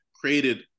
created